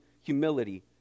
humility